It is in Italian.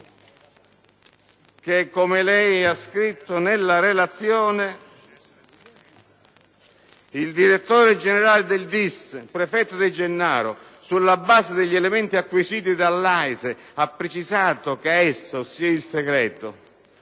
Rutelli ha scritto nella relazione che «il direttore generale delle DIS, prefetto De Gennaro, sulla base degli elementi acquisiti dall'AISE, ha precisato che essa - cioè